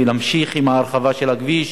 ולהמשיך עם ההרחבה של הכביש,